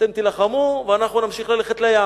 אתם תילחמו ואנחנו נמשיך ללכת לים.